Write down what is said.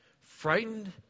frightened